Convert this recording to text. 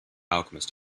alchemist